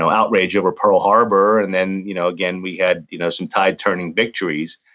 outrage over pearl harbor, and then, you know again, we had you know some tide-turning victories,